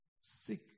sick